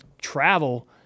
travel